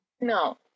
No